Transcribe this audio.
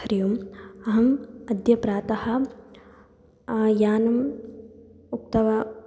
हरिः ओम् अहम् अद्य प्रातः यानम् उक्तवती